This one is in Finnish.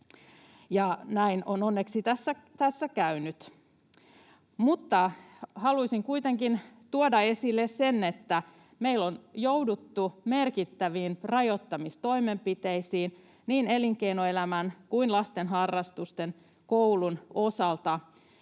näin on onneksi tässä käynyt, mutta haluaisin kuitenkin tuoda esille sen, että meillä on jouduttu merkittäviin rajoittamistoimenpiteisiin niin elinkeinoelämän kuin lasten harrastusten ja koulun osalta,